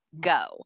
go